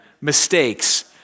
mistakes